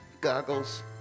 goggles